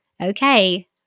okay